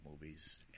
movies